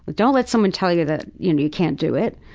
don't let someone tell you that, you know, you can't do it.